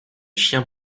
chiens